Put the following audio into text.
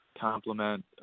complement –